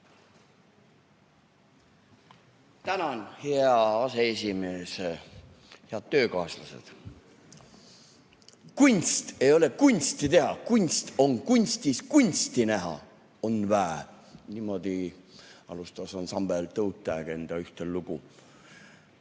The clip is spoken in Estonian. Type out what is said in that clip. Tänan, hea aseesimees! Head töökaaslased! Kunst ei ole kunsti teha, kunst on kunstis kunsti näha. On vä? Niimoodi alustas ansambel Toe Tag ühte enda lugu.